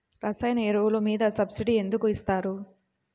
రసాయన ఎరువులు మీద సబ్సిడీ ఎందుకు ఇస్తారు?